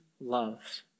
loves